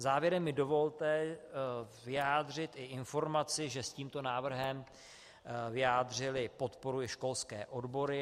Závěrem mi dovolte vyjádřit i informaci, že s tímto návrhem vyjádřily podporu i školské odbory.